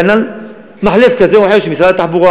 כנ"ל מחלף כזה או אחר של משרד התחבורה.